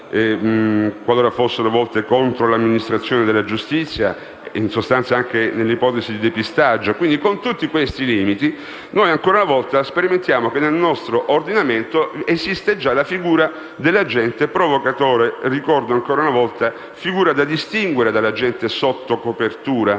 qualora fossero volte contro l'amministrazione della giustizia, come, ad esempio, in ipotesi di depistaggio. Con tutti questi limiti, ancora una volta, sperimentiamo che nel nostro ordinamento esiste già la figura dell'agente provocatore. Ricordo, ancora una volta, che tale figura è da distinguere dall'agente sotto copertura